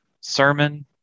Sermon